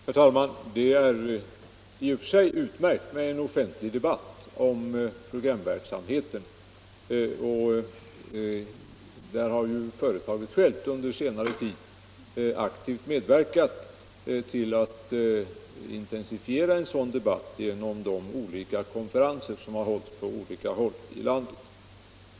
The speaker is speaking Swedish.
Herr talman! Det är i och för sig utmärkt med en offentlig debatt om programverksamheten. Företaget har självt under senare tid aktivt medverkat till att intensifiera en sådan debatt, även på de olika konferenser som har hållits på olika håll i landet.